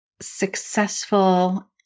successful